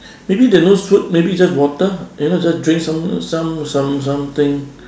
maybe there no food maybe it's just water you know just drink some some some some something